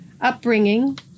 upbringing